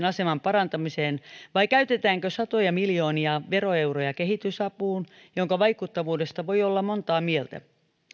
aseman parantamiseen vai käytetäänkö satoja miljoonia veroeuroja kehitysapuun jonka vaikuttavuudesta voi olla montaa mieltä